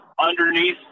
underneath